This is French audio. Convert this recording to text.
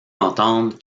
entendre